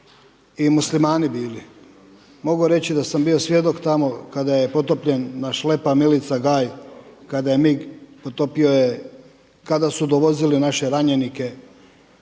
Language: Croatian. i Muslimani bili. Mogu reći da sam bio svjedok tamo kada je potopljen naš …/Govornik se ne razumije./…, kada je MIG, potopio je, kada su dovozili naše ranjenike